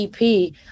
EP